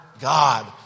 God